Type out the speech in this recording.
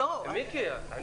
(2)כל כלב שאין לו רשיון